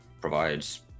provides